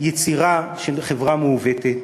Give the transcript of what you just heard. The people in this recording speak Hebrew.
יצירה של חברה מעוותת,